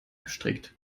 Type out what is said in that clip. gestrickt